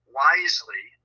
wisely